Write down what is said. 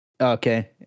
Okay